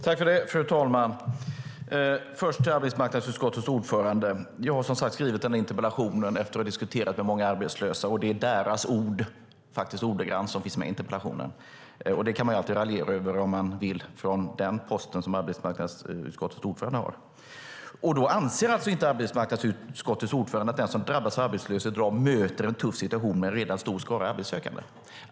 Fru talman! Jag ska först vända mig till arbetsmarknadsutskottets ordförande. Jag har som sagt skrivit denna interpellation efter att ha diskuterat med många arbetslösa, och det är faktiskt ordagrant deras ord som finns med i interpellationen. Det kan man alltid raljera över om man vill från den post som arbetsmarknadsutskottets ordförande har. Arbetsmarknadsutskottets ordförande anser alltså inte att den som drabbas av arbetslöshet i dag möter en tuff situation med en redan stor skara arbetssökande.